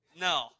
No